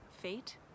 fate